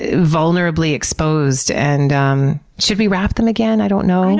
ah vulnerably exposed. and um should we wrap them again? i don't know.